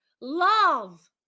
love